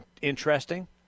interesting